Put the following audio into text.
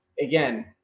Again